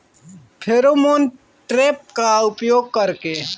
Pheromone trap का उपयोग कर के?